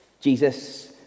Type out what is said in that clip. Jesus